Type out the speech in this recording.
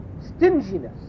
stinginess